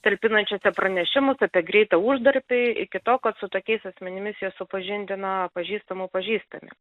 talpinančiuose pranešimus apie greitą uždarbį iki to kad su tokiais asmenimis juos supažindina pažįstamų pažįstami